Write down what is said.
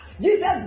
Jesus